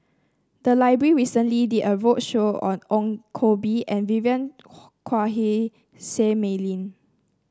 the library recently did a roadshow on Ong Koh Bee and Vivien Quahe Seah Mei Lin